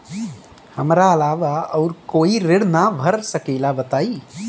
हमरा अलावा और कोई ऋण ना भर सकेला बताई?